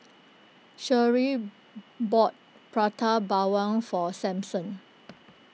Sherree bought Prata Bawang for Samson